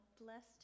blessed